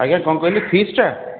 ଆଜ୍ଞା କ'ଣ କହିଲେ ଫିସ୍ଟା